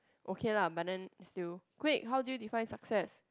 okay lah but then still quick how do you define success